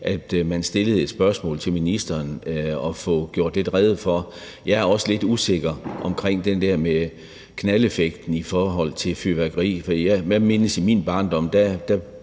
at man stiller et spørgsmål til ministeren i forhold til at få gjort lidt rede for det. Jeg er også lidt usikker omkring den der med knaldeffekten i forhold til fyrværkeri, for jeg mindes i min barndom, at